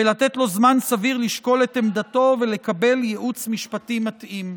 ולתת להם זמן סביר לשקול את עמדתם ולקבל ייעוץ משפטי מתאים.